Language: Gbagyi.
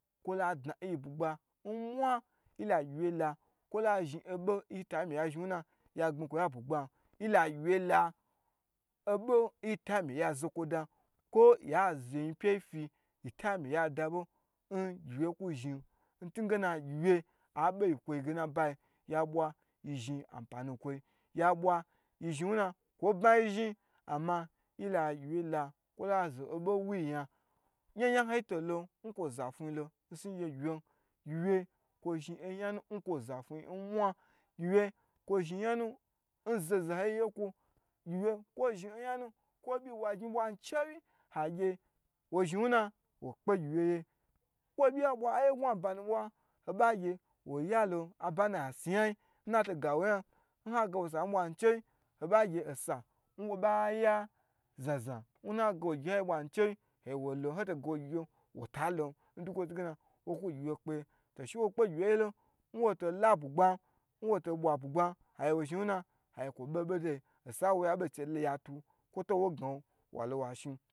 La dna nyi buda nmwa yila gyiwye la kwo la zhin oboh n yita mi ya gbni kwo yan n bu gban, yila gyiwye la abo nyitami ya za kwo dan kwo ya zo yin pye yi fi yita mi ya da bon n gyiwye ku zhin ntegnea ai bu nkwo i ntuge yabwa yi zhin anpani n kwoi ya bwa kwa bma yi zhin ama yi la gyi wye la kwo lozo obo wyi nya, nyan yan ho yi to, lo n kwo zafun lolo n gye yyiwyen, gyiwye kwo zhin yanu nkwo zafuyi nmwa, gyi wye kwo zhi yanu nzaho zaho yi ye kwo, gyiwye kwo zhi yanu kwo obyi bwa gni chewi agye woi kpe gyiwye ye, kwo obyi bwa aye n gun aba nu bwa ho ba gye wo yalo aba nnazhin a si yan yin, n ha gawo sa chewi, ho ba gye osa nwo ba ya zhna zhna ho ba gye woi lo n ho to gawo gyiwye wota lon ntu gena woku gyiwye kpeye, wo kpe gyi wye ye n woi to la bugba, n woi to bwa bugba a gye kwo zhin nwuna hagye kwo be n bedeyi osa n woya bei chebyatu kwo to to woi gawo